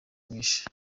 mwinshi